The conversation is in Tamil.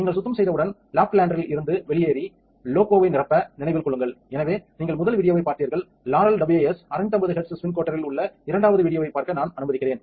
நீங்கள் சுத்தம் செய்தவுடன் லாப்லாண்டரில் இருந்து வெளியேறி லோக்போவை நிரப்ப நினைவில் கொள்ளுங்கள் எனவே நீங்கள் முதல் வீடியோவைப் பார்த்தீர்கள் லாரல் WS 650 Hz ஸ்பின் கோட்டரில் உள்ள இரண்டாவது வீடியோவை பார்க்க நான் அனுமதிக்கிறேன்